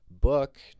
book